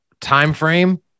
timeframe